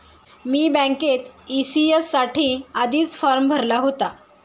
मी बँकेत ई.सी.एस साठी आधीच फॉर्म भरला होता